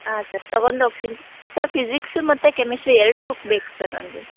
ಹಾಂ ಸರ್ ತಗೊಂಡ್ ಹೋಗ್ತಿನ್ ಸರ್ ಫಿಝಿಕ್ಸು ಮತ್ತು ಕೆಮಿಸ್ಟ್ರಿ ಎರಡು ಬುಕ್ ಬೇಕು ಸರ್ ನನಗೆ